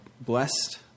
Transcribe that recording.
Blessed